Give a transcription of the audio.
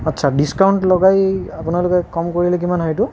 আচ্ছা ডিস্কাউণ্ট লগাই আপোনালোকে কম কৰিলে কিমান হয় এইটো